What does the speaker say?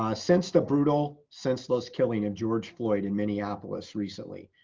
ah since the brutal senseless killing of george floyd in minneapolis, recently,